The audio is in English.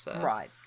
Right